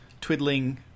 twiddling